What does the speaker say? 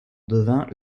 devint